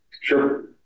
sure